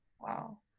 Wow